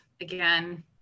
Again